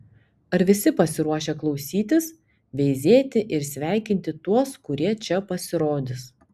ar visi pasiruošę klausytis veizėti ir sveikinti tuos kurie čia pasirodys